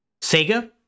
Sega